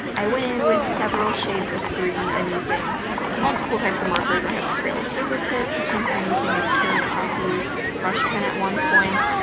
i went in with several shades of green. i'm using multiple types of markers. i have a crayola supertips, i think i'm using a kuretake brush brush pen at one point.